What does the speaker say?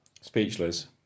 speechless